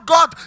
God